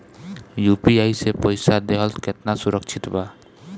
UPI से पईसा देहल केतना सुरक्षित बा?